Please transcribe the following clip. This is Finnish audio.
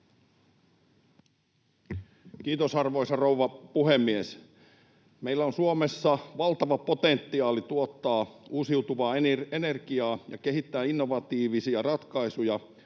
Kiitos, arvoisa rouva puhemies! Meillä on Suomessa valtava potentiaali tuottaa uusiutuvaa energiaa ja kehittää innovatiivisia ratkaisuja,